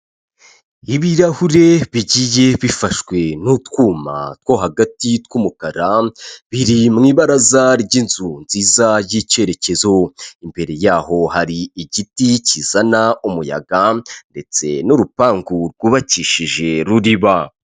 Ibirahure bigiye bifashwe n'utwuma two hagati tw'umukara biri mu ibaraza ry'inzu nziza y'acyerekezo imbere yaho hari igiti kizana umuyaga ndetse n'urupangu rwubakishije ruriba.